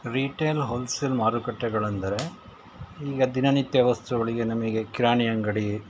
retail wholesale ಮಾರುಕಟ್ಟೆಗಳಂದರೆ ಈಗ ದಿನನಿತ್ಯ ವಸ್ತುಗಳಿಗೆ ನಮಗೆ ಕಿರಾಣಿ ಅಂಗಡಿ